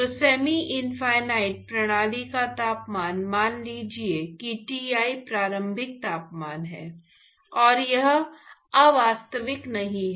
तो semi infinite प्रणाली का तापमान मान लीजिए कि Ti प्रारंभिक तापमान है और यह अवास्तविक नहीं है